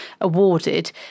awarded